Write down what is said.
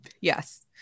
yes